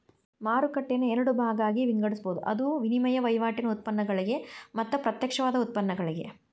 ಮಾರುಕಟ್ಟೆಯನ್ನ ಎರಡ ಭಾಗಾಗಿ ವಿಂಗಡಿಸ್ಬೊದ್, ಅದು ವಿನಿಮಯ ವಹಿವಾಟಿನ್ ಉತ್ಪನ್ನಗಳಿಗೆ ಮತ್ತ ಪ್ರತ್ಯಕ್ಷವಾದ ಉತ್ಪನ್ನಗಳಿಗೆ